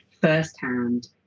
firsthand